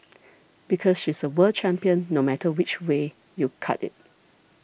because she's a world champion no matter which way you cut it